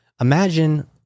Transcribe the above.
imagine